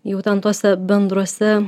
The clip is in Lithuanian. jau ten tuose bendruose